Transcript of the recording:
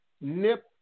nip